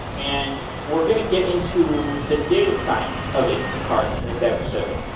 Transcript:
and we're going to get into the data science of instacart in this episode,